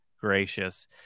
gracious